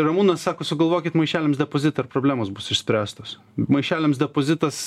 ramūnas sako sugalvokit maišeliams depozitą ir problemos bus išspręstos maišeliams depozitas